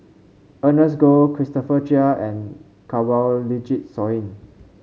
Ernest Goh Christopher Chia and Kanwaljit Soin